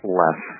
less